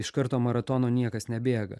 iš karto maratono niekas nebėga